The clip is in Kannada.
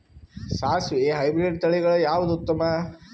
ಸಾಸಿವಿ ಹೈಬ್ರಿಡ್ ತಳಿಗಳ ಯಾವದು ಉತ್ತಮ?